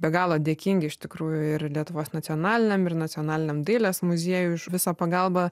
be galo dėkingi iš tikrųjų ir lietuvos nacionaliniam ir nacionaliniam dailės muziejui už visą pagalbą